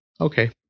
Okay